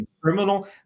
criminal